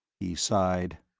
he sighed.